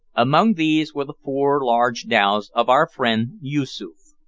among these were the four large dhows of our friend yoosoof.